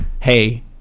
hey